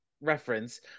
reference